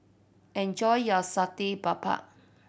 enjoy your Satay Babat